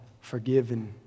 forgiven